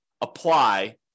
apply